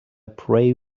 prey